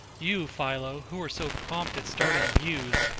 you, philo, who are so prompt at starting views,